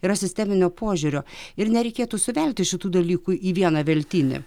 yra sisteminio požiūrio ir nereikėtų suvelti šitų dalykų į vieną veltinį